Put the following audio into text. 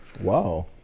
wow